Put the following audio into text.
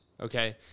okay